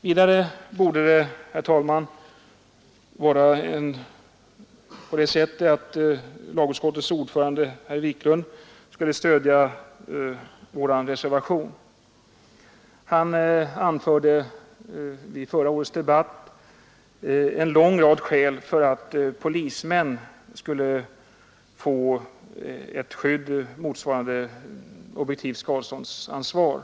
Vidare borde lagutskottets ordförande, herr Wiklund i Stockholm, stödja vår motion. Han anförde i förra årets debatt en lång rad skäl för att polismän skulle få ett skydd motsvarande objektivt skadeståndsansvar.